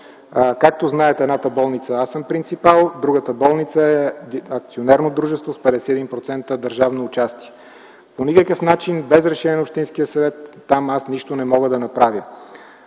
Както знаете, на едната болница аз съм принципал, а другата болница е акционерно дружество с 51% държавно участие. По никакъв начин без решение на Общинския съвет нищо не мога да направя